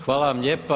Hvala vam lijepa.